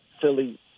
Philly